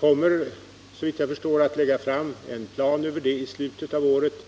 kommer, såvitt jag förstår, att lägga fram en plan i slutet av året.